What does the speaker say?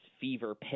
fever